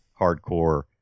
hardcore